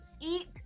eat